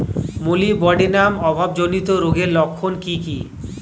Molybdenum অভাবজনিত রোগের লক্ষণ কি কি?